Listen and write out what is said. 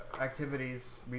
activities